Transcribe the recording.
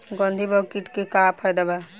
गंधी बग कीट के का फायदा बा?